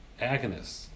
agonists